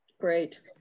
Great